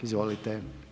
Izvolite.